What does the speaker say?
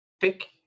thick